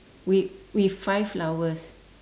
with with five flowers